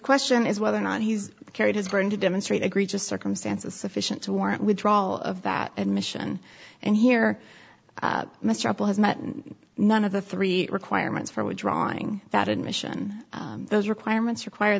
question is whether or not he's carried is going to demonstrate a great just circumstances sufficient to warrant withdrawal of that admission and here mr apple has met and none of the three requirements for withdrawing that admission those requirements require